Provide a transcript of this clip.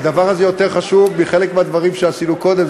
הדבר הזה יותר חשוב מחלק מהדברים שעשינו קודם.